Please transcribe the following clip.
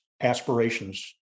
aspirations